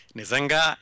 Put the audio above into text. nizanga